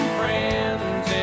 friends